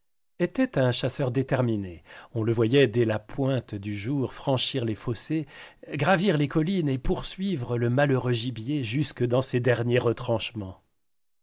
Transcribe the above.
était un chasseur déterminé on le voyait dès la pointe du jour franchir les fossés gravir les collines et poursuivre le malheureux gibier jusque dans ses derniers retranchemens